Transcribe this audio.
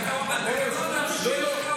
התקנון מאפשר לך או לא?